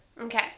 Okay